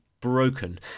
broken